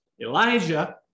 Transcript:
Elijah